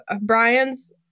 brian's